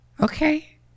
okay